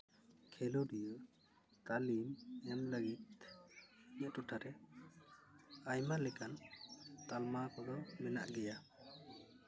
ᱠᱷᱮᱞᱳᱰᱤᱭᱟᱹ ᱛᱟᱹᱞᱤᱢ ᱮᱢ ᱞᱟᱹᱜᱤᱫ ᱤᱧᱟᱹᱜ ᱴᱚᱴᱷᱟᱨᱮ ᱟᱭᱢᱟ ᱞᱮᱠᱟᱱ ᱛᱟᱞᱢᱟ ᱠᱚᱫᱚ ᱢᱮᱱᱟᱜ ᱜᱮᱭᱟ